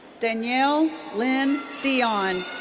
danielle lyn dion.